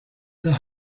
the